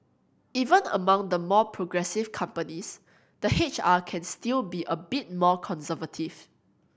even among the more progressive companies the H R can still be a bit more conservative